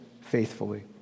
faithfully